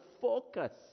focus